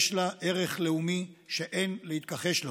יש לה ערך לאומי שאין להתכחש לו,